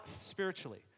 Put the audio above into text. spiritually